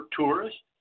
tourists